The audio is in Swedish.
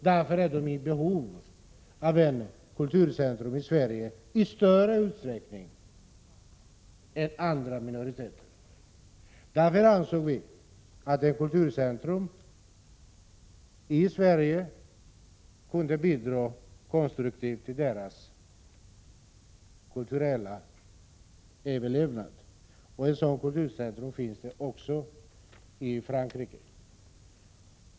Därför är de i behov av ett kulturcentrum i Sverige i större utsträckning än andra minoriteter, och därför ansåg vi att ett kulturcentrum i Sverige kunde bidra konstruktivt till deras kulturella överlevnad. Ett sådant kulturcentrum finns också i Frankrike.